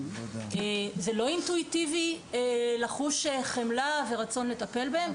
זה לא אינטואיטיבי לחוש חמלה ורצון לטפל בהם.